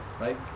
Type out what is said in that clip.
right